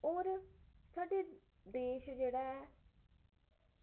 होर साढ़ा देश जेह्ड़ा ऐ